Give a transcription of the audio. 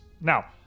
Now